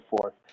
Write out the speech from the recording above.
forth